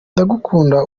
ndagukunda